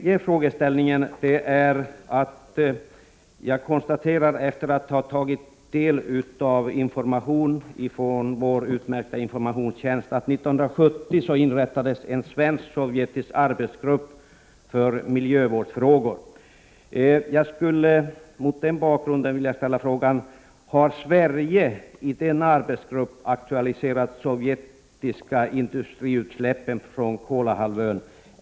Av information som jag har fått från vår utmärkta informationstjänst framgår att 1970 inrättades en svensk-sovjetisk arbetsgrupp för miljövårdsfrågor. Har Sverige i den arbetsgruppen aktualiserat de sovjetiska industriutsläppen från Kolahalvön?